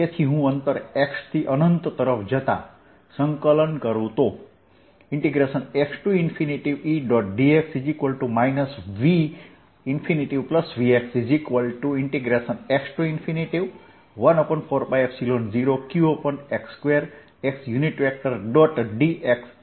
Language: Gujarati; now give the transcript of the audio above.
તેથી હું અંતર x થી અનંત તરફ જતા સંકલન કરું તો xE